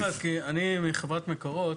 אני מחברת מקורות.